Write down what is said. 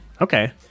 Okay